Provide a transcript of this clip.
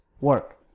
work